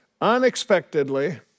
Unexpectedly